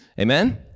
Amen